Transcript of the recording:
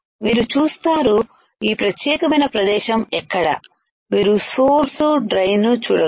మీరు చూస్తారు ఈ ప్రత్యేకమైన ప్రదేశం ఎక్కడ మీరు సోర్సు డ్రైన్ చూడగలరు